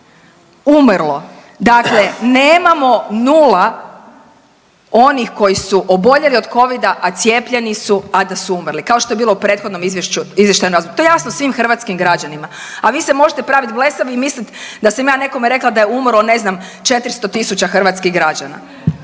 umrlo. Dakle, nemamo nula onih koji su oboljeli od covida, a cijepljeni su, a da su umrli kao što je bilo u prethodnom izvještajnom razdoblju. To je jasno svim hrvatskim građanima. A vi se možete praviti blesavi i misliti da sam ja nekom rekla da je umrlo ne znam 400 000 hrvatskih građana.